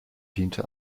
diente